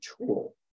tool